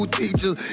teachers